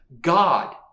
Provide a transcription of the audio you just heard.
God